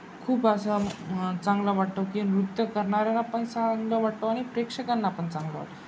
खूप असा चांगला वाटतो की नृत्य करणाऱ्याना पण चांगलं वाटतो आ आणि प्रेक्षकांना पण चांगलं वाटतो